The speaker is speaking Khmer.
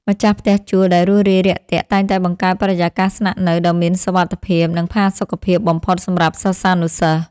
ម្ចាស់ផ្ទះជួលដែលរួសរាយរាក់ទាក់តែងតែបង្កើតបរិយាកាសស្នាក់នៅដ៏មានសុវត្ថិភាព និងផាសុកភាពបំផុតសម្រាប់សិស្សានុសិស្ស។